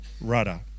rudder